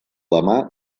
demà